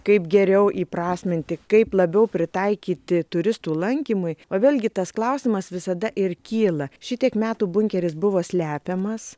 kaip geriau įprasminti kaip labiau pritaikyti turistų lankymui o vėlgi tas klausimas visada ir kyla šitiek metų bunkeris buvo slepiamas